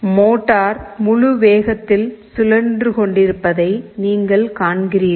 motor முழு வேகத்தில் சுழன்று கொண்டிருப்பதை நீங்கள் காண்கிறீர்கள்